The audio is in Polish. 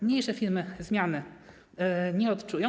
Mniejsze firmy zmiany nie odczują.